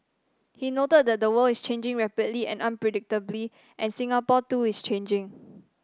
he noted that the world is changing rapidly and unpredictably and Singapore too is changing